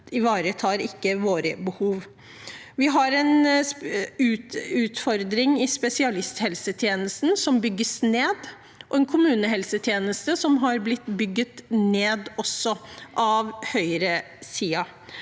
ivaretar deres behov. Vi har en utfordring i spesialisthelsetjenesten, som bygges ned. Vi har også en kommunehelsetjeneste som har blitt bygget ned av høyresiden,